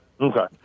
Okay